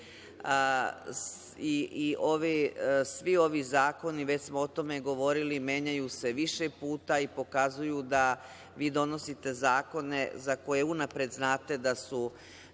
i svi ovi zakoni, već smo o tome govorili, menjaju se više puta i pokazuju da vi donosite zakone za koje unapred znate da su